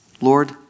Lord